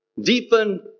Deepen